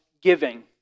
giving